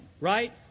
right